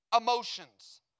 emotions